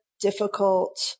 difficult